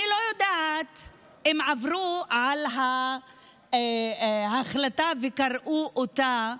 אני לא יודעת אם עברו על ההחלטה וקראו אותה,